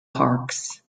parks